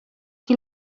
qui